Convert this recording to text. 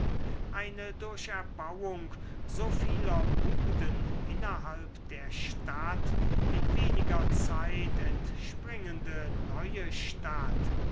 eine durch erbauung so vieler buden innerhalb der stadt in weniger zeit entspringende neue stadt